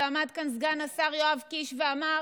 ועמד כאן סגן השר יואב קיש ואמר